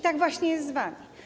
Tak właśnie jest z wami.